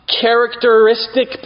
characteristic